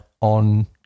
on